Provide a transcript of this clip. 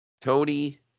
Tony